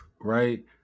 right